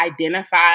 identify